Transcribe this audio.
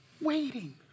Waiting